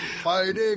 fighting